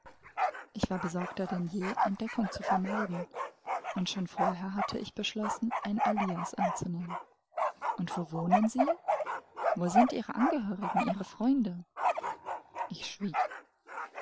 ich war besorgter denn je entdeckung zu vermeiden und schon vorher hatte ich beschlossen ein alias anzunehmen und wo wohnen sie wo sind ihre angehörigen ihre freunde ich schwieg